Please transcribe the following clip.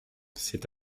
c’est